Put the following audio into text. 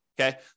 okay